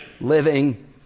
living